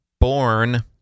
born